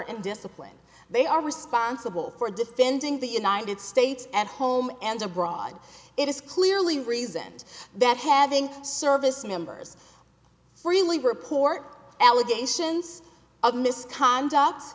and discipline they are responsible for defending the united states at home and abroad it is clearly reasoned that having service members freely report allegations of misconduct